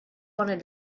wanted